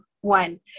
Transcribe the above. one